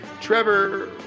Trevor